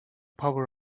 power